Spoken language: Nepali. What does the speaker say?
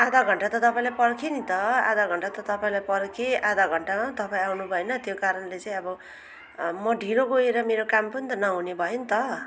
आधा घन्टा त तपाईँलाई पर्खेँ नि त आधा घन्टा त तपाईँलाई पर्खेँ आधा घन्टामा पनि तपाईँ आउनुभएन त्यो कारणले चाहिँ अब म ढिलो गएर मेरो काम पनि त नहुने भयो नि त